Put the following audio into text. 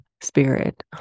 spirit